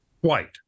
white